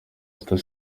easter